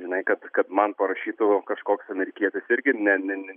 žinai kad kad man parašytų kažkoks amerikietis irgi ne ne ne